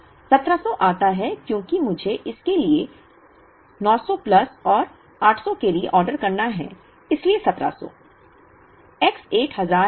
तो 1700 आता है क्योंकि मुझे इसके लिए 900 प्लस और 800 के लिए ऑर्डर करना है इसलिए 1700